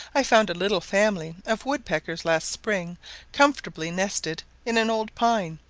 i found a little family of woodpeckers last spring comfortably nested in an old pine,